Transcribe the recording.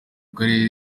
karere